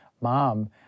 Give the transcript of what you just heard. mom